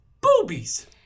Boobies